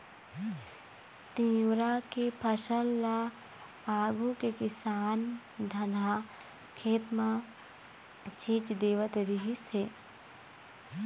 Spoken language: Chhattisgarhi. तिंवरा के फसल ल आघु के किसान धनहा खेत म छीच देवत रिहिस हे